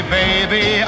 baby